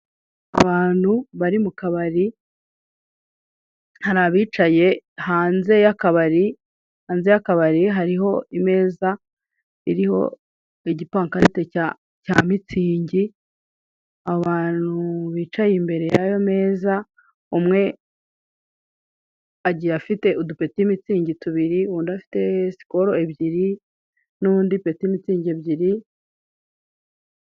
Abantu bari mu kabari, hari abicaye hanze y'akabari, hanze y'akabari hariho imeza iriho igipankarite cya mitsingi, abantu bicaye imbere yayo meza, umwe agiye afite udupeti mitsingi tubiri, undi afite sikolo ebyiri n'undi peti mitsingi ebyiri